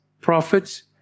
prophets